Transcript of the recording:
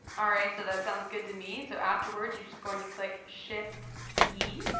alright, so that sounds good to me. so afterwards you're just going to click shift p.